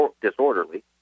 disorderly